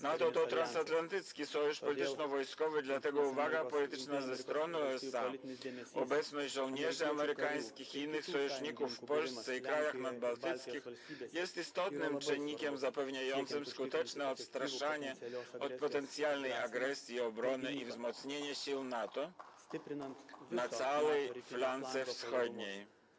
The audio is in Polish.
NATO to transatlantycki sojusz polityczno-wojskowy, dlatego uwaga polityczna ze strony USA i obecność żołnierzy amerykańskich i innych sojuszników w Polsce i krajach nadbałtyckich są istotnymi czynnikami zapewniającymi skuteczne odstraszanie od potencjalnej agresji, obronę i wzmocnienie sił NATO na całej flance wschodniej.